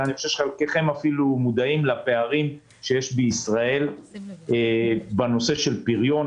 וחלקכם אפילו מודעים לפערים שיש בישראל בנושא של פריון.